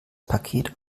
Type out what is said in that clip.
paket